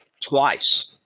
twice